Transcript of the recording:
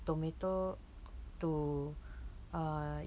tomato to uh